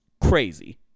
Crazy